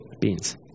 beings